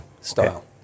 style